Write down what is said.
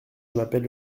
m’appelle